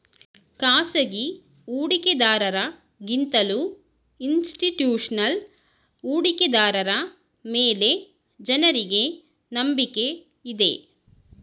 ಖಾಸಗಿ ಹೂಡಿಕೆದಾರರ ಗಿಂತಲೂ ಇನ್ಸ್ತಿಟ್ಯೂಷನಲ್ ಹೂಡಿಕೆದಾರರ ಮೇಲೆ ಜನರಿಗೆ ನಂಬಿಕೆ ಇದೆ